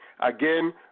Again